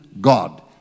God